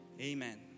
amen